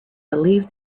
believe